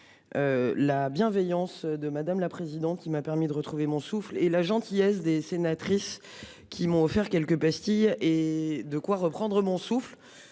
La bienveillance de madame la présidente, qui m'a permis de retrouver mon souffle et la gentillesse des sénatrices qui m'ont offert quelques pastilles et de quoi reprendre mon souffle.